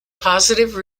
positive